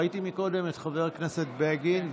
ראיתי קודם את חבר הכנסת בגין.